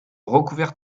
recouvert